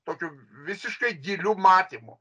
tokiu visiškai giliu matymu